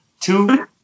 Two